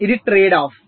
ఇది trade of